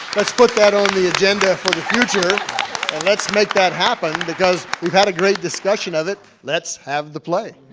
let's put that on the agenda for the future and let's make that happen. because we've had a great discussion of it. let's have the play.